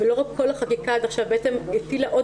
ולא רק כל החקיקה עד עכשיו שהטילה עוד